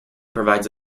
provides